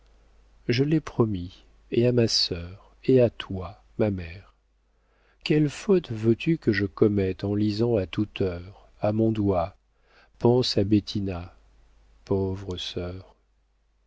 je l'ai promis et à ma sœur et à toi ma mère quelle faute veux-tu que je commette en lisant à toute heure à mon doigt pense à bettina pauvre sœur